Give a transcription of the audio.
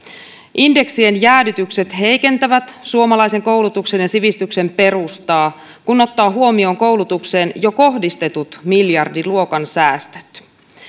indeksien jäädytykset heikentävät suomalaisen koulutuksen ja sivistyksen perustaa kun ottaa huomioon koulutukseen jo kohdistetut miljardiluokan säästöt